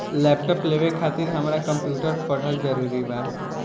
Laptop लेवे खातिर हमरा कम्प्युटर पढ़ल जरूरी बा?